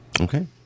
okay